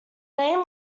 name